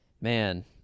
Man